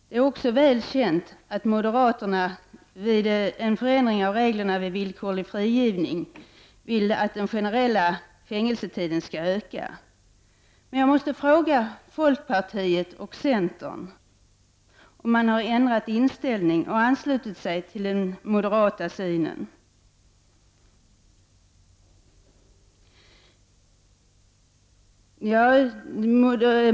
Det är också känt att moderaterna i fråga om ändrade regler för villkorlig frigiving vill att den generella fängelsetiden skall öka. Jag måste då fråga folkpartiet och centern om de ändrat inställning och anslutit sig till den moderata synen.